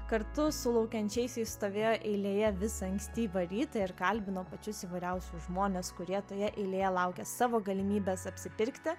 kartu su laukiančiaisiais stovėjo eilėje visą ankstyvą rytą ir kalbino pačius įvairiausius žmones kurie toje eilėje laukė savo galimybės apsipirkti